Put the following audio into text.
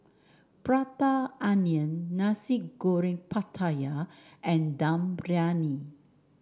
Prata Onion Nasi Goreng Pattaya and Dum Briyani